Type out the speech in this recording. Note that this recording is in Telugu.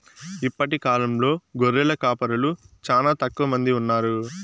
ఇప్పటి కాలంలో గొర్రెల కాపరులు చానా తక్కువ మంది ఉన్నారు